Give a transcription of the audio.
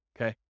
Okay